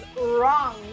wrong